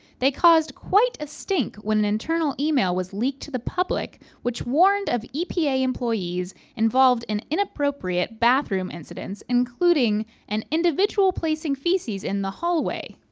they caused quite a stink when an internal email was leaked to the public, which warned of epa employees involved in inappropriate bathroom incidents, including an individual placing feces in the hallway.